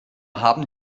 haben